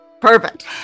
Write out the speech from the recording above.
Perfect